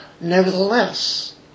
Nevertheless